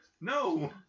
No